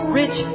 rich